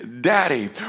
Daddy